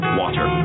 water